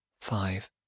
five